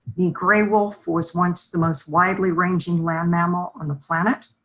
the gray wolf was once the most widely ranging land mammal on the planet.